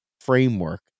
framework